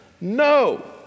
No